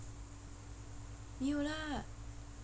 没有 lah